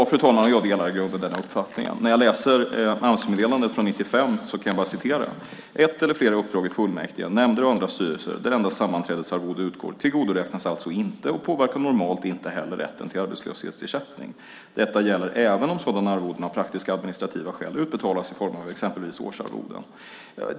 Fru talman! Jag delar i grunden denna uppfattning. När jag läser Amsmeddelandet från 1995 kan jag bara citera: "Ett eller flera uppdrag i fullmäktige, nämnder och andra styrelser, där endast sammanträdesarvoden utgår, tillgodoräknas alltså inte och påverkar normalt inte heller rätten till arbetslöshetsersättning. Detta gäller även om sådana arvoden av praktiska/administrativa skäl utbetalas i form av exempelvis årsarvoden."